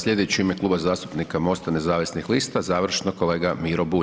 Slijedeći u ime Kluba zastupnika MOSTA nezavisnih lista, završno kolega Miro Bulj.